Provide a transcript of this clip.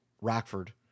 Rockford